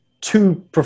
two